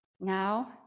Now